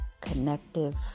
Connective